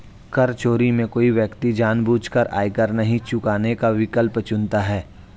कर चोरी में कोई व्यक्ति जानबूझकर आयकर नहीं चुकाने का विकल्प चुनता है